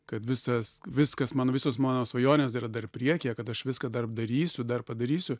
kad visas viskas man visos mano svajonės yra dar priekyje kad aš viską dar darysiu dar padarysiu